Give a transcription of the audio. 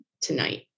tonight